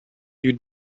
you